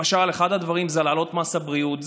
למשל, אחד הדברים זה להעלות את מס הבריאות.